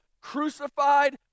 crucified